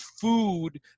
food